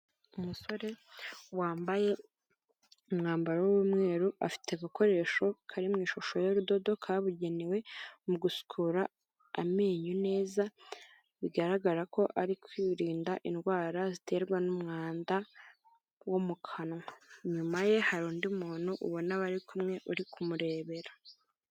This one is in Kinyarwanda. Umusore wambaye umwambaro w'umweru afite agakoresho kari mu ishusho y'urudodo kabugenewe mu gusukura amenyo neza, bigaragara ko ari kwirinda indwara ziterwa n'umwanda wo mu kanwa, inyuma ye hari undi muntu ubona ko barikumwe uri kumurebera.